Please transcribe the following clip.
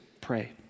pray